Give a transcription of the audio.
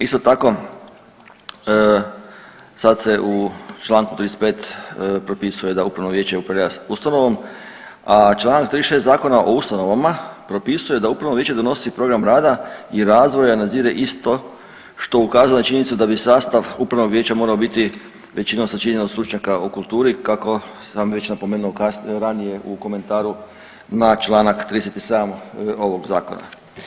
Isto tako, sad se u čl. 35 propisuje da upravno vijeće upravlja s ustanovom, a čl. 36 Zakona o ustanovama propisuje da upravno vijeće donosi program rada i razvoja i nadzire isto što ukazuje na činjenicu da bi sastav upravnog vijeća morao biti većinom sačinjen od stručnjaka u kulturi, kako sam već napomenuo ranije u komentaru na čl. 37 ovog Zakona.